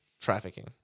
trafficking